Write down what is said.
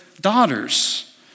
daughters